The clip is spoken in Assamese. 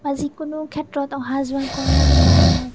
বা যিকোনো ক্ষেত্ৰত অহা যোৱা কৰা বা